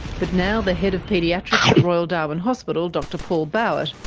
but now the head of paediatrics at royal darwin hospital, dr paul bauert,